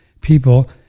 people